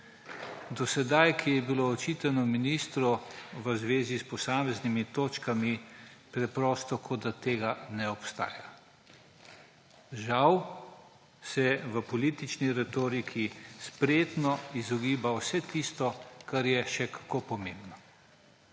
Do sedaj, kar je bilo očitano ministru v zvezi s posameznimi točkami, preprosto, kot da to ne obstaja. Žal se v politični retoriki spretno izogiba vsemu, kar je še kako pomembno.